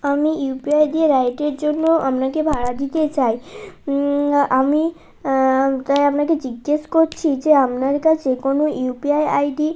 আমি ইউপিআই দিয়ে রাইডের জন্য আপনাকে ভাড়া দিতে চাই আমি তাই আপনাকে জিজ্ঞাসা করছি যে আপনার কাছে কোনো ইউপিআই আইডি